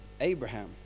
Abraham